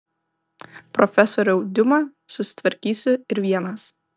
profesoriau diuma susitvarkysiu ir vienas